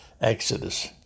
Exodus